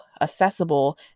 accessible